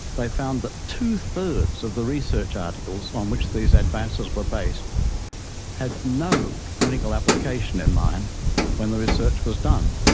they found that two-thirds of the research articles on which these advances were based had no clinical application in mind when the research was done,